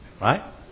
Right